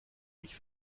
mich